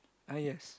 ah yes